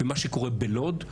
מה שקורה בלוד,